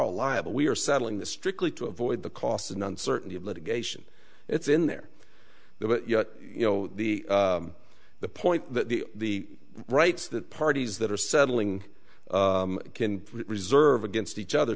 liable we are settling the strictly to avoid the cost and uncertainty of litigation it's in there but yet you know the the point that the rights that parties that are settling can reserve against each other